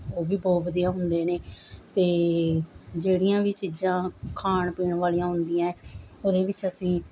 ਉਹ ਵੀ ਬਹੁਤ ਵਧੀਆ ਹੁੰਦੇ ਨੇ ਅਤੇ ਜਿਹੜੀਆਂ ਵੀ ਚੀਜ਼ਾਂ ਖਾਣ ਪੀਣ ਵਾਲੀਆਂ ਹੁੰਦੀਆਂ ਉਹਦੇ ਵਿੱਚ ਅਸੀਂ